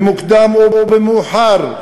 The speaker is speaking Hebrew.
במוקדם או במאוחר,